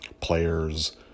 players